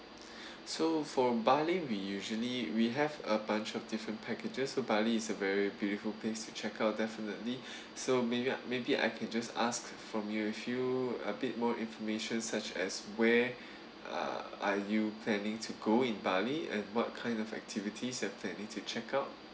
so for bali we usually we have a bunch of different packages so bali is a very beautiful place to check out definitely so maybe I maybe I can just ask from you with you a bit more information such as where uh are you planning to go in bali and what kind of activities that I've need to check out